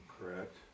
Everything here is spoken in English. correct